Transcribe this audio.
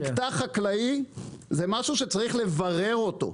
מקטע חקלאי זה משהו שצריך לברר אותו,